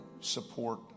support